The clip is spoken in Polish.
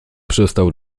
przestał